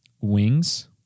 wings